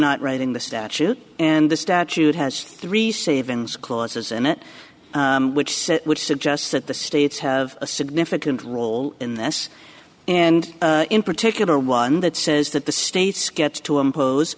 not writing the statute and the statute has three savings clauses in it which says which suggests that the states have a significant role in this and in particular one that says that the states get to impose